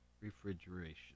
refrigeration